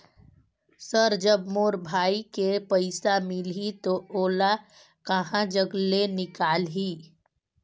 Sir जब मोर भाई के पइसा मिलही तो ओला कहा जग ले निकालिही?